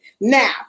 Now